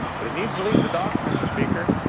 but it needs to leave the dock, mr. speaker.